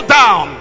down